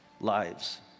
lives